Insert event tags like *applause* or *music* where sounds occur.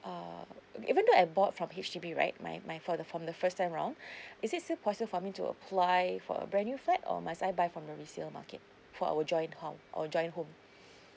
(uerr) even though I bought from H_D_B right my my for the from the first time round *breath* is it it possible for me to apply for a brand new flat or must I buy from the resale market for our joint hou~ or joint home